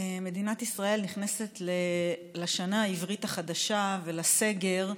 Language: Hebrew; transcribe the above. מדינת ישראל נכנסת לשנה העברית החדשה ולסגר מבולבלת,